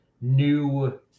new